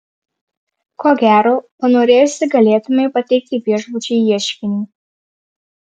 ko gero panorėjusi galėtumei pateikti viešbučiui ieškinį